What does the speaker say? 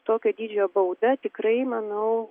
tokio dydžio bauda tikrai manau